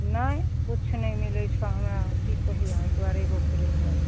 नहि किछु नै मिलै छो हमरा की कहियो एहि दुआरे अइबो कयली ईधर